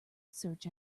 search